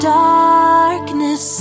darkness